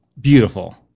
beautiful